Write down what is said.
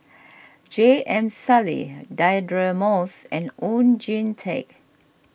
J M Sali Deirdre Moss and Oon Jin Teik